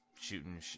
shooting